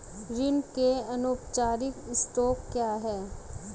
ऋण के अनौपचारिक स्रोत क्या हैं?